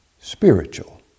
spiritual